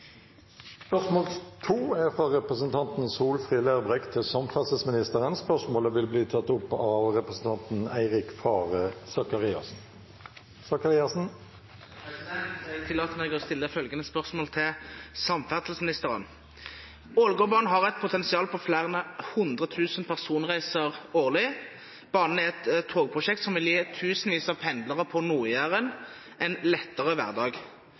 fra representanten Solfrid Lerbrekk til samferdselsministeren, vil bli tatt opp av representanten Eirik Faret Sakariassen. Jeg tillater meg å stille følgende spørsmål til samferdselsministeren: «Ålgårdbanen har et potensial på flere hundre tusen personreiser årlig. Banen er et togprosjekt som vil gi tusenvis av pendlere på Nord-Jæren en lettere hverdag.